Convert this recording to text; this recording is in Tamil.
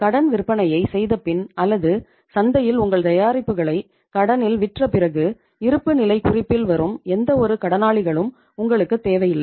கடன் விற்பனையைச் செய்தபின் அல்லது சந்தையில் உங்கள் தயாரிப்புகளை கடனில் விற்ற பிறகு இருப்புநிலைக் குறிப்பில் வரும் எந்தவொரு கடனாளிகளும் உங்களுக்குத் தேவையில்லை